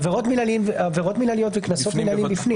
עבירות מינהליות וקנסות מינהליים בפנים.